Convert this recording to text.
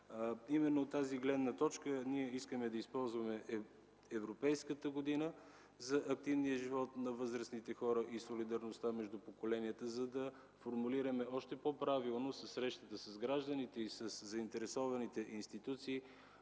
Именно от тази гледна точка ние искаме да използваме „Европейската година за активния живот на възрастните хора и солидарността между поколенията”, за да формулираме още по-правилно със срещата с гражданите и заинтересованите институции,